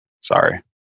Sorry